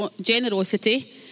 generosity